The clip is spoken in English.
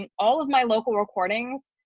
and all of my local recordings,